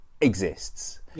exists